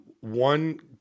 one